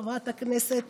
חברת הכנסת